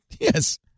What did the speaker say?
yes